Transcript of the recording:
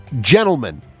Gentlemen